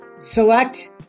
select